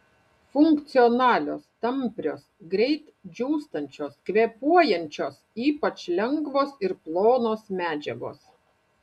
funkcionalios tamprios greit džiūstančios kvėpuojančios ypač lengvos ir plonos medžiagos